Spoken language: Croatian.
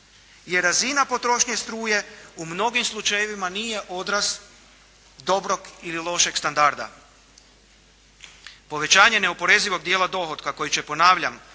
jer razina potrošnje struje u mnogim slučajevima nije odraz dobrog ili lošeg standarda. Povećanje neoporezivog dijela dohotka koji će ponavljam